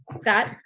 Scott